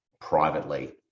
privately